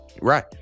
right